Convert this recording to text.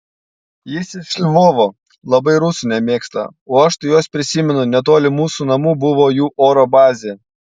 jis iš lvovo labai rusų nemėgsta o aš tai juos prisimenu netoli mūsų namų buvo jų oro bazė